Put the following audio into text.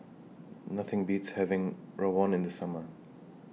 Nothing Beats having Rawon in The Summer